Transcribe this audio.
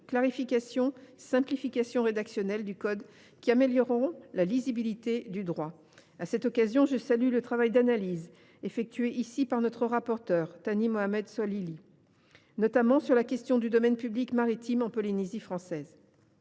clarifications et de simplifications rédactionnelles du code, qui amélioreront la lisibilité du droit. À cette occasion, je salue le travail d’analyse accompli par notre rapporteur Thani Mohamed Soilihi, notamment sur la question du domaine public maritime en Polynésie. Enfin,